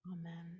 Amen